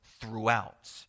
throughout